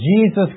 Jesus